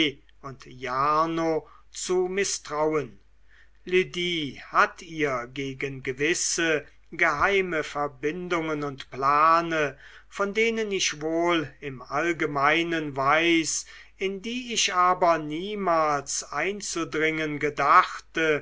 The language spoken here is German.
und jarno zu mißtrauen lydie hat ihr gegen gewisse geheime verbindungen und plane von denen ich wohl im allgemeinen weiß in die ich aber niemals einzudringen gedachte